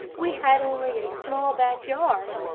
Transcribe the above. we had only a small, back yard.